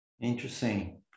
Interesting